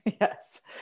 Yes